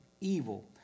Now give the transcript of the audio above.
evil